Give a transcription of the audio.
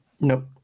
Nope